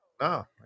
No